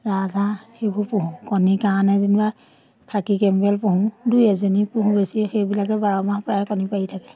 ৰাজহাঁহ সেইবোৰ পুহোঁ কণী কাৰণে যেনিবা খাকী কেম্বেল পুহোঁ দুই এজনী পুহোঁ বেছি সেইবিলাকে বাৰ মাহ প্ৰায় কণী পাৰি থাকে